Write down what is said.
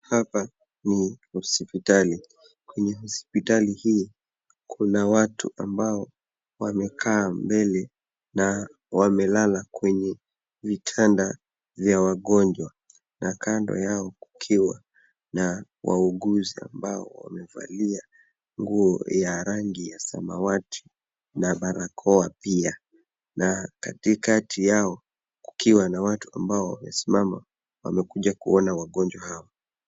Hapa ni hospitali. Kwenye hospitali hii, kuna watu ambao wamekaa mbele na wamelala kwenye vitanda vya wagonjwa, na kando yao kukiwa na wauguzi ambao wamevalia nguo za rangi ya samawati na barakoa pia na katikati yao, kukiwa na watu ambao wamesimama. Wamekuja kuona wagonjwa hawa.